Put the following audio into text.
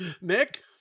Nick